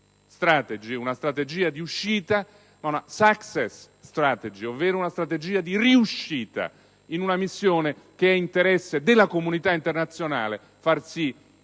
una strategia di uscita, bensì una *success strategy*, ovvero una strategia di riuscita, in una missione che è interesse della comunità internazionale far sì che